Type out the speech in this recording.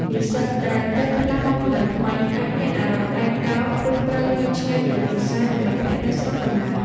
និស្សិតដែលទើបផ្លាស់មកថ្មីៗ អាចមានអារម្មណ៍ឯកកោព្រោះត្រូវនៅឆ្ងាយពីគ្រួសារ និងមិត្តភ័ក្តិនៅស្រុកកំណើត។